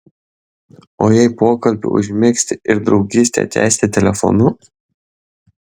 o jei pokalbį užmegzti ir draugystę tęsti telefonu